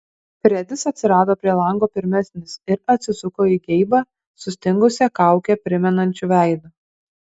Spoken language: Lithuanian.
fredis atsirado prie lango pirmesnis ir atsisuko į geibą sustingusią kaukę primenančiu veidu